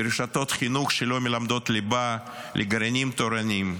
לרשתות חינוך שלא מלמדות ליבה, לגרעינים תורניים.